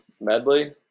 Medley